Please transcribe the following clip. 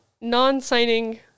non-signing